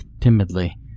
timidly